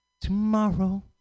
tomorrow